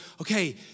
okay